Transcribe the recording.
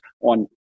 on